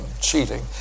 cheating